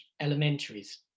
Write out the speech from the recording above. elementaries